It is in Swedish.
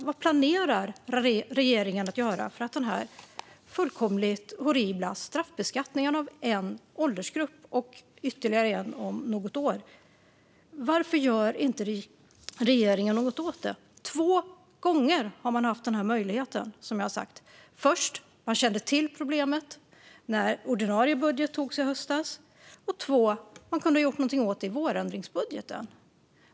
Vad planerar regeringen att göra åt denna fullkomligt horribla straffbeskattning av en åldersgrupp, och ytterligare en åldersgrupp om något år? Varför gör inte regeringen något åt det? Två gånger har man haft denna möjlighet, som jag har sagt - man kände till problemet när den ordinarie budgeten antogs i höstas, och man kunde ha gjort någonting åt det i vårändringsbudgeten.